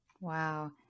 Wow